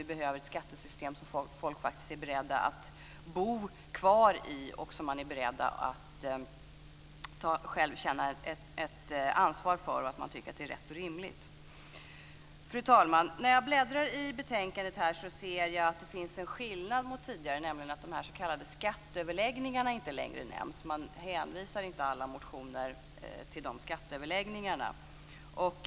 Vi behöver ett skattesystem som gör att folk är beredda att bo kvar, ett system som de känner ansvar för och som de tycker är rätt och rimligt. Fru talman! När jag bläddrar i betänkandet ser jag att det finns en skillnad mot tidigare, nämligen att de s.k. skatteöverläggningarna inte längre nämns. Man hänvisar inte alla motioner till de överläggningarna.